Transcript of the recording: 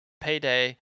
payday